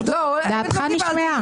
דעתך נשמעה.